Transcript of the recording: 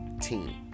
Team